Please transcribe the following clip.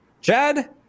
Chad